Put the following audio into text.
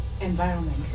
environment